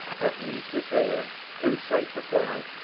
have we prepared and sanctified,